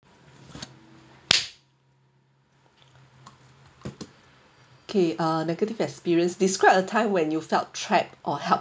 okay uh negative experience describe a time when you felt trap or help